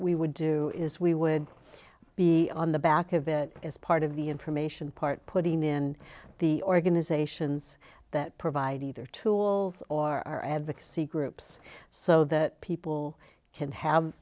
we would do is we would be on the back of it as part of the information part putting in the organizations that provide either tools or our advocacy groups so that people can have